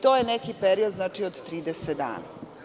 To je neki period od 30 dana.